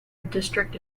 district